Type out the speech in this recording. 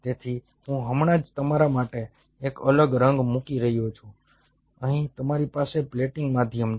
તેથી હું હમણાં જ તમારા માટે એક અલગ રંગ મૂકી રહ્યો છું અહીં તમારી પાસે પ્લેટિંગ માધ્યમ છે